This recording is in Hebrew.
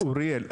אוריאל,